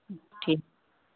ठीक